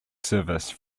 service